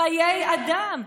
חיי אדם,